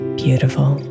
beautiful